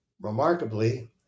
remarkably